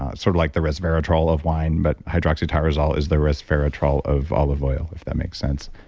ah sort of like the resveratrol of wine, but hydroxytyrosol is the resveratrol of olive oil, if that makes sense.